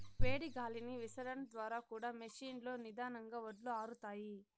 వేడి గాలిని విసరడం ద్వారా కూడా మెషీన్ లో నిదానంగా వడ్లు ఆరుతాయి